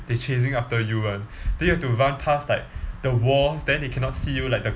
they chasing after you [one] then you have to run past like the walls then they cannot see you like the